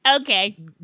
Okay